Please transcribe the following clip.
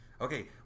okay